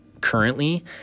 currently